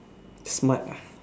smart